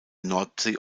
nordsee